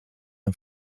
een